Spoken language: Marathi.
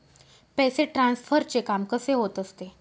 पैसे ट्रान्सफरचे काम कसे होत असते?